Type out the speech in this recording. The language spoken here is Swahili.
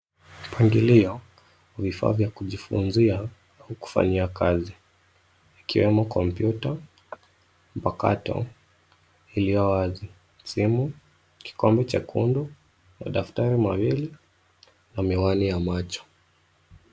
Mpangilio wa vifaa vya kujifunzia au kufanyia kazi, yakiwemo kompyuta mpakato iliyo wazi. Simu, Kikombe chekundu, madaftari mawili, na miwani ya macho.